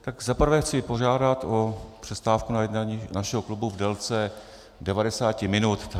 Tak za prvé chci požádat o přestávku na jednání našeho klubu v délce 90 minut.